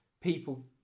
people